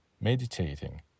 meditating